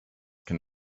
can